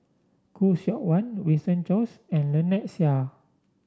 Khoo Seok Wan Winston Choos and Lynnette Seah